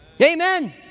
Amen